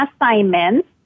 assignments